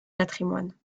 patrimoine